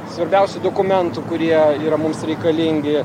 svarbiausių dokumentų kurie yra mums reikalingi